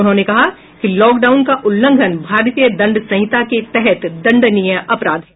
उन्होंने कहा कि लॉकडाउन का उल्लंघन भारतीय दंड संहिता के तहत दंडनीय अपराध है